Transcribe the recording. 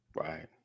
Right